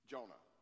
Jonah